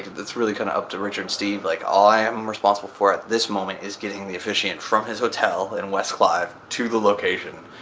it's really kind of up to richard and steve. like all i am responsible for at this moment is getting the officiant from his hotel in west clive to the location,